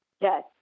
Yes